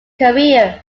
career